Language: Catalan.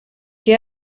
que